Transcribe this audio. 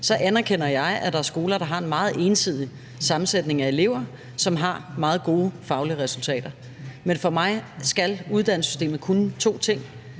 så anerkender jeg, at der er skoler, der har en meget ensidig sammensætning af elever, og som har meget gode faglige resultater. Men for mig skal uddannelsessystemet kunne to ting.